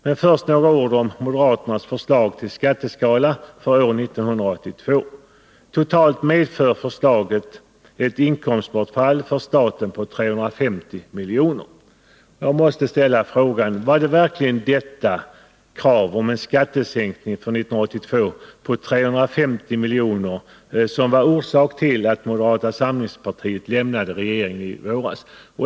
Men först några ord om moderaternas förslag till skatteskala för år 1982. Totalt medför detta förslag ett inkomstbortfall för staten på 350 milj.kr. Jag måste fråga: Var det verkligen detta krav på en skattesänkning för 1982 på 350 milj.kr. som var orsaken till att moderata samlingspartiet lämnade regeringen i våras?